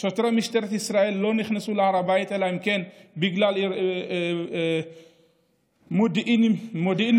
שוטרי משטרת ישראל לא נכנסו להר הבית אלא אם כן בגלל מודיעין מסוים.